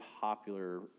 popular